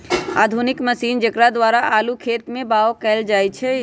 आधुनिक मशीन जेकरा द्वारा आलू खेत में बाओ कएल जाए छै